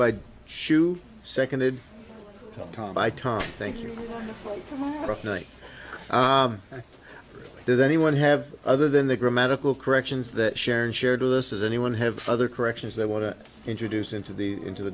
buy shoe seconded by tom thank you knight does anyone have other than the grammatical corrections that sharon shared with us as anyone have other corrections they want to introduce into the into the